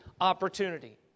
opportunity